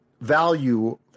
value